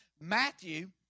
Matthew